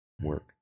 work